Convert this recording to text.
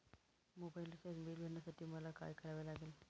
Mobile recharge bill भरण्यासाठी मला काय करावे लागेल?